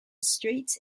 streets